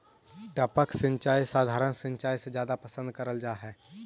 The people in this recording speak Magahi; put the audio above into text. टपक सिंचाई सधारण सिंचाई से जादा पसंद करल जा हे